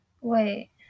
Wait